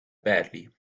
badly